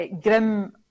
grim